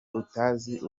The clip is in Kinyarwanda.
utazi